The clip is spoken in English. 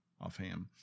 offhand